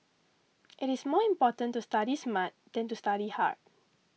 it is more important to study smart than to study hard